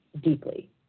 deeply